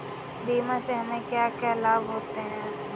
बीमा से हमे क्या क्या लाभ होते हैं?